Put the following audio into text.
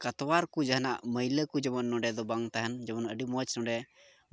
ᱠᱟᱛᱣᱟᱨ ᱠᱚ ᱡᱟᱦᱟᱱᱟᱜ ᱢᱟᱹᱭᱞᱟᱹ ᱠᱚ ᱡᱮᱢᱚᱱ ᱱᱚᱰᱮ ᱫᱚ ᱵᱟᱝ ᱛᱟᱦᱮᱱ ᱡᱮᱢᱚᱱ ᱟᱹᱰᱤ ᱢᱚᱡᱽ ᱱᱚᱰᱮ